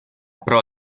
pro